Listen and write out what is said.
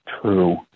true